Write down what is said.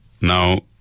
now